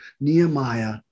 Nehemiah